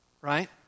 right